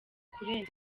kurenza